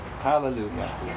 Hallelujah